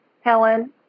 Helen